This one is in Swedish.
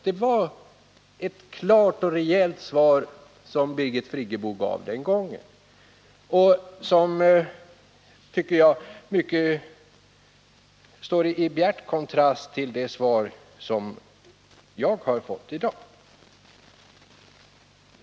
Det var ett klart och rejält svar som Birgit Friggebo gav den gången och som, tycker jag, står i bjärt kontrast till det svar som jag har fått i dag.